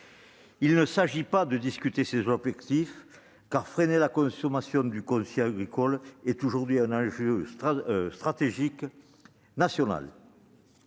Il ne s'agit pas de discuter ces objectifs, car freiner la consommation du foncier agricole est aujourd'hui un enjeu stratégique national.